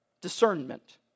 discernment